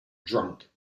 drunk